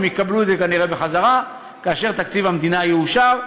הם יקבלו את זה כנראה בחזרה כאשר תקציב המדינה יאושר,